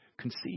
conceive